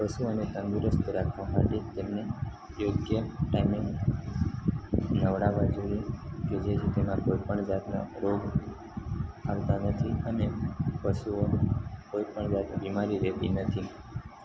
પશુઓને તંદુરસ્ત રાખવા માટે તેમને યોગ્ય ટાઈમે નવડાવા જોઈએ કે જેથી તેમાં કોઈપણ જાતના રોગ આવતાં નથી અને પશુઓ કોઈપણ જાતની બીમારી રહેતી નથી